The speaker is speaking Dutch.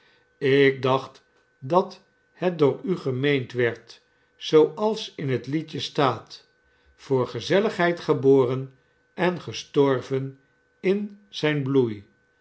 slk dacht dat het door u gemeend werd zooals in het liedje staat voor gezelligheid geboren en gestorven in zijn bloei